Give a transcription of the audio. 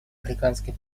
африканской